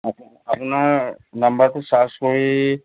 আপোনাৰ নাম্বাৰটো ছাৰ্চ কৰি